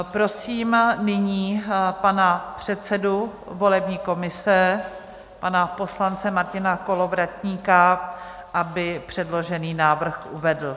Prosím nyní pana předsedu volební komise, pana poslance Martina Kolovratníka, aby předložený návrh uvedl.